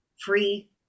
free